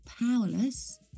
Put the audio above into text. powerless